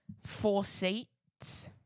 four-seats